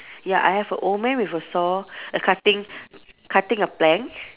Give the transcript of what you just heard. ya I have a old man with a saw err cutting cutting a plank